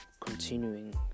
continuing